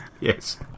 Yes